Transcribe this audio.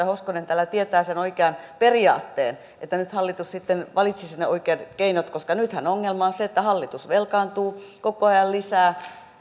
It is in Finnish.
hoskonen täällä tietää sen oikean periaatteen että hallitus valitsisi oikeat keinot koska nythän ongelma on se että hallitus velkaantuu koko ajan lisää